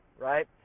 Right